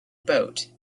boat